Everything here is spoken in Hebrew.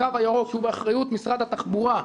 שהוא באחריות משרד התחבורה,